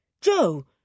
Joe